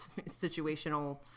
situational